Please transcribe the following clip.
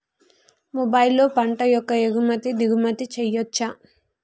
మొబైల్లో పంట యొక్క ఎగుమతి దిగుమతి చెయ్యచ్చా?